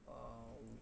!wah!